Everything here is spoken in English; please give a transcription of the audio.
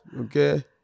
Okay